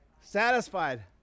satisfied